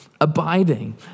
abiding